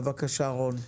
בבקשה, רון.